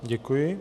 Děkuji.